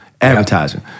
advertising